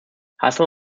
hazel